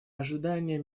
ожидания